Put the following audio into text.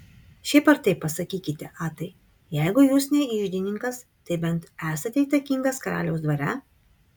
šiaip ar taip pasakykite atai jeigu jūs ne iždininkas tai bent esate įtakingas karaliaus dvare